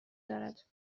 دارد